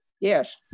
Yes